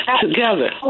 together